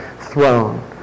throne